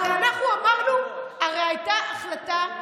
הרי הייתה החלטה.